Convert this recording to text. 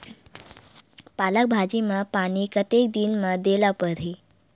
पालक भाजी म पानी कतेक दिन म देला पढ़ही?